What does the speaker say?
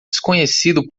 desconhecido